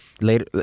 later